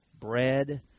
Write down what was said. bread